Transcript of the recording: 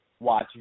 watch